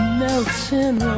melting